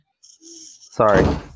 sorry